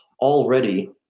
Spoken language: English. already